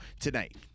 tonight